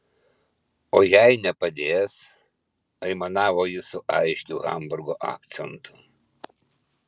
o jei nepadės aimanavo jis su aiškiu hamburgo akcentu